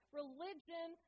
religion